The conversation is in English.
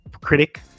critic